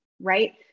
right